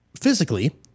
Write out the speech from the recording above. physically